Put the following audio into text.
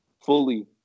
Fully